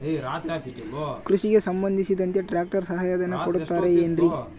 ಕೃಷಿಗೆ ಸಂಬಂಧಿಸಿದಂತೆ ಟ್ರ್ಯಾಕ್ಟರ್ ಸಹಾಯಧನ ಕೊಡುತ್ತಾರೆ ಏನ್ರಿ?